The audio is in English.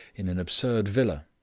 in an absurd villa,